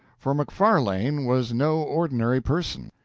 for macfarlane was no ordinary person.